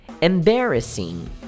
Embarrassing